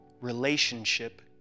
relationship